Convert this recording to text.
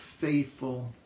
faithful